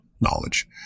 knowledge